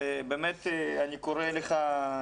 אני קורא לך,